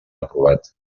aprovat